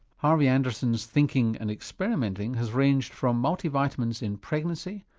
harvey anderson's thinking and experimenting has ranged from multivitamins in pregnancy,